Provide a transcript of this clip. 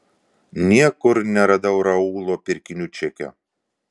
niekur neradau raulo pirkinių čekio